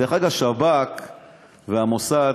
דרך אגב, שב"כ והמוסד,